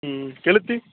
ம் கெளுத்தி